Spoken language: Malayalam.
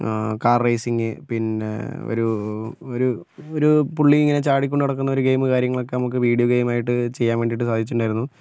കാർ റൈസിംഗ് പിന്നെ ഒരൂ ഒരു ഒരു പുള്ളി ഇങ്ങനെ ചാടിക്കൊണ്ടു നടക്കുന്ന ഒരു ഗെയിം കാര്യങ്ങളൊക്കെ നമുക്ക് വീഡിയോ ഗെയിമായിട്ട് ചെയ്യാൻ വേണ്ടിയിട്ട് സാധിച്ചിട്ടുണ്ടായിരുന്നു